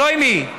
שלומי,